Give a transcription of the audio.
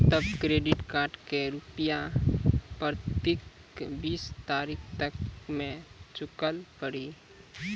तब credit card के रूपिया प्रतीक बीस तारीख तक मे चुकल पड़ी?